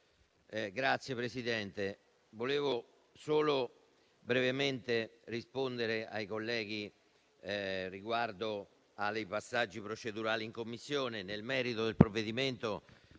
colleghi, io volevo solo brevemente rispondere ai colleghi riguardo a dei passaggi procedurali in Commissione. Nel merito del provvedimento,